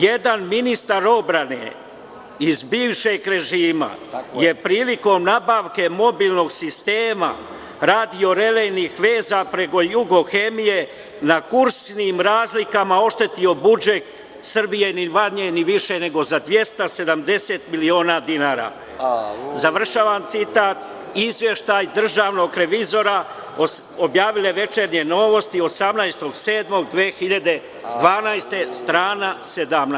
Jedan ministar odbrane iz bivšeg režima je prilikom nabavke mobilnog sistema radio-relejnih veza preko „Jugohemije“ na kursnim razlikama oštetio budžet Srbije ni manje ni više nego za 270 miliona dinara, završavam citat, izveštaj državnog revizora, objavile „Večernje novosti“ 18.07.2012. godine, strana 17.